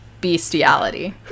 bestiality